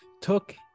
took